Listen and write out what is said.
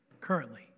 currently